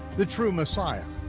the true messiah.